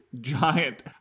giant